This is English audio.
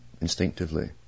instinctively